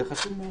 זה חשוב.